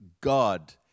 God